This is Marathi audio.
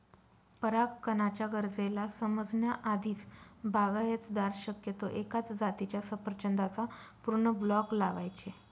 परागकणाच्या गरजेला समजण्या आधीच, बागायतदार शक्यतो एकाच जातीच्या सफरचंदाचा पूर्ण ब्लॉक लावायचे